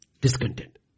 Discontent